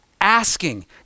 asking